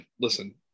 listen